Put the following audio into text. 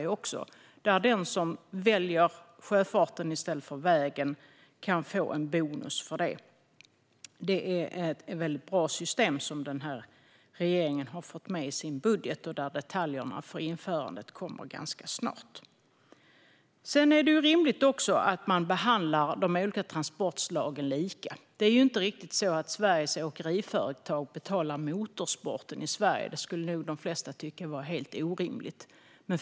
Det innebär att den som väljer sjöfarten i stället för vägen kan få en bonus för det. Det är ett väldigt bra system, som regeringen har fått med i sin budget. Detaljerna för hur det ska införas kommer snart. Det är vidare rimligt att man behandlar de olika transportslagen lika. Sveriges Åkeriföretag betalar ju inte motorsporten i Sverige. Det skulle nog de flesta tycka var helt orimligt.